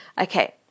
Okay